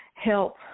help